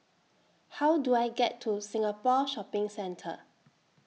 How Do I get to Singapore Shopping Centre